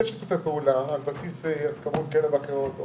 יש שיתופי פעולה על בסיס הסכמות כאלה ואחרות,